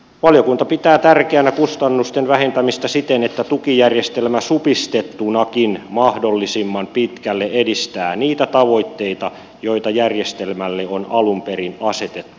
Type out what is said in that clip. valiokunta pitää tärkeänä kustannusten vähentämistä siten että tukijärjestelmä supistettunakin mahdollisimman pitkälle edistää niitä tavoitteita joita järjestelmälle on alun perin asetettu